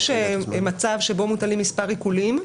יש מצב שבו מוטלים מספר עיקולים,